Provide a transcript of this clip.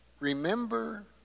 remember